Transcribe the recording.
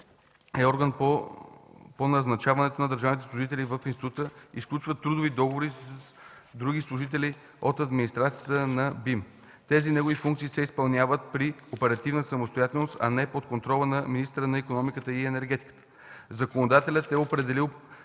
е орган по назначаването на държавните служители в института и сключва трудови договори с други служители от администрацията на БИМ. Тези негови функции се изпълняват при оперативна самостоятелност, а не под контрола на министъра на икономиката и енергетиката. Законодателят е определил